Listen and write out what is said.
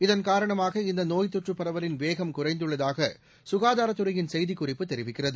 இதன் காரணமாக இந்த நோய்த் தொற்றுப் பரவலின் வேகம் குறைந்துள்ளதாக சுகாதாரத்துறையின் செய்திக்குறிப்பு தெரிவிக்கிறது